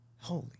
Holy